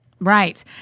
Right